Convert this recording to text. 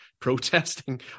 protesting